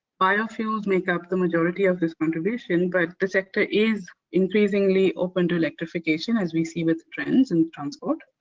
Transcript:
biofuels make up the majority of this contribution but the sector is increasingly open to electrification as we see with trends in transport.